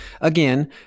again